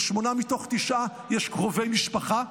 לשמונה מתוך תשעה יש קרובי משפחה?